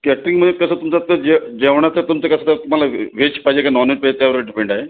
catering म्हणजे कसं तुमचं ते जे जेवणाचं तुमचं काही तर तुम्हाला वे व्हेज पाहिजे की नॉन वेज पाहिजे त्यावर डिपेंड आहे